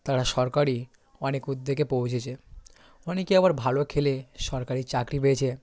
তারা সরকারি অনেক উদ্যোগে পৌঁছেছে অনেকে আবার ভালো খেলে সরকারি চাকরি পেয়েছে